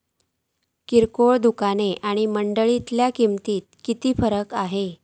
किरकोळ दुकाना आणि मंडळीतल्या किमतीत कितको फरक असता?